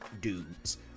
dudes